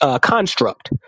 construct